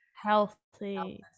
healthy